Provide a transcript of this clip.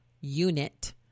unit